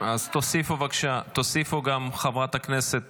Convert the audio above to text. --- אז תוסיפו בבקשה גם את חברת הכנסת